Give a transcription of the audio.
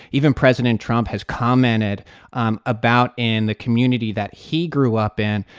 even president trump has commented um about, in the community that he grew up in,